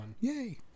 Yay